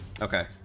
Okay